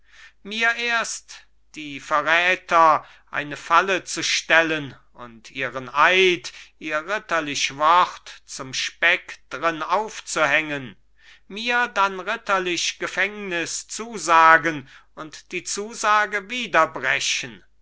mir erst die verräter eine falle zu stellen und ihren eid ihr ritterlich wort zum speck drin aufzuhängen mir dann ritterlich gefängnis zusagen und die zusage wieder brechen